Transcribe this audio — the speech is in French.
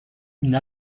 une